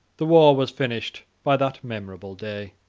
the war was finished by that memorable day.